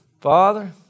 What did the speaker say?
father